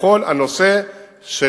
בכל הנושא של